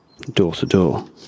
door-to-door